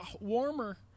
warmer